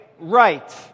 Right